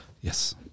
Yes